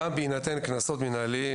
שגם בהינתן קנסות מנהליים,